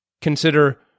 Consider